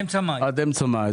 עד אמצע מאי,